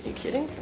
and kidding?